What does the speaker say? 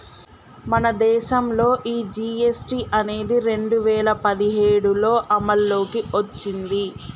మన దేసంలో ఈ జీ.ఎస్.టి అనేది రెండు వేల పదిఏడులో అమల్లోకి ఓచ్చింది